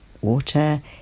water